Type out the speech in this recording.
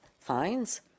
fines